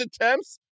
attempts